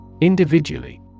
Individually